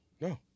No